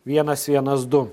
vienas vienas du